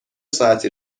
ساعتی